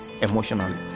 emotionally